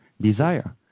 desire